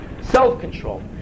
Self-control